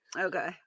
Okay